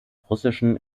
russischen